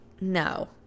no